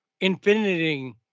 infiniting